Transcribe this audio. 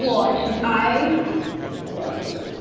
lauren. and i love you.